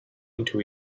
into